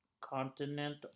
continent